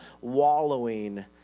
wallowing